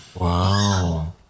wow